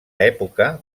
època